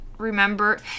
Remember